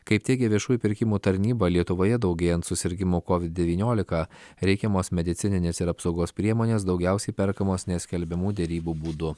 kaip teigia viešųjų pirkimų tarnyba lietuvoje daugėjant susirgimo covid devyniolika reikiamos medicininės ir apsaugos priemonės daugiausiai perkamos neskelbiamų derybų būdu